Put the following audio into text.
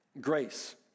Grace